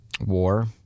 War